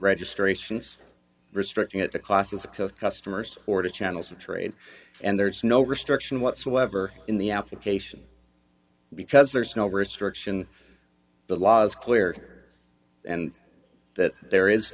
registrations restricting at the classes of customers or to channels of trade and there's no restriction whatsoever in the application because there's no restriction the law is clear and that there is